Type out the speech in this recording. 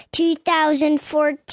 2014